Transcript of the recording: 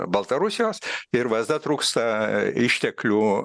baltarusijos ir vsd trūksta išteklių